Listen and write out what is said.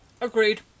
agreed